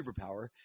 superpower